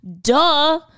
Duh